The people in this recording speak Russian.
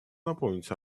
напомнить